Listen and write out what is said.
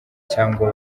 cyangwa